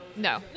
No